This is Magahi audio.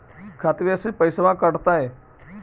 खतबे से पैसबा कटतय?